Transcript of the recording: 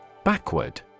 Backward